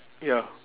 ya